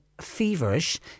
feverish